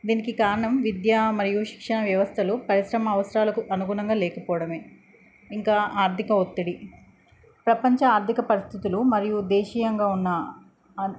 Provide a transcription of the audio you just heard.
దీనికి కారణం విద్య మరియు శిక్షణ వ్యవస్థలు పరిశ్రమ అవసరాలకు అనుగుణంగా లేకపోవడమే ఇంకా ఆర్థిక ఒత్తిడి ప్రపంచ ఆర్థిక పరిస్థితులు మరియు దేశీయంగా ఉన్న